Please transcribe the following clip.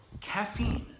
caffeine